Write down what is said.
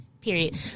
period